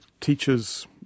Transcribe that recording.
Teachers